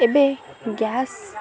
ଏବେ ଗ୍ୟାସ୍